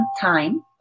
time